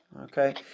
Okay